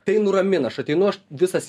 tai nuramina aš ateinu visas